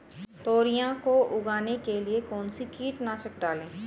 तोरियां को उगाने के लिये कौन सी कीटनाशक डालें?